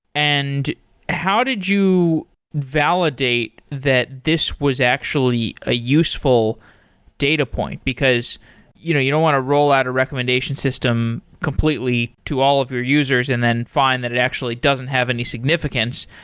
and how did you validate that this was actually a useful data point? because you know you don't want to roll out a recommendation system completely to all of your users and then find that it actually doesn't have any any significance.